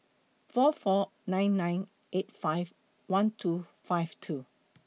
four four nine nine eight five one two five two